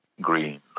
green